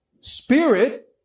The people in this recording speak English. spirit